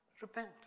Repent